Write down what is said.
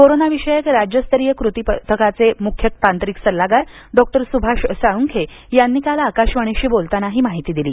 कोरोनाविषयक राज्यस्तरीय कृती पथकाचे मुख्य तांत्रिक सल्लागार डॉक्टर सुभाष साळूंखे यांनी काल आकाशवाणीशी बोलताना ही माहिती दिली